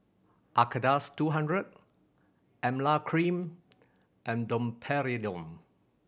Acardust two hundred Emla Cream and Domperidone